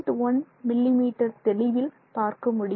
1 millimetre தெளிவில் பார்க்க முடியும்